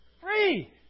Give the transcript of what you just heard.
free